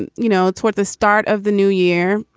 and you know, toward the start of the new year,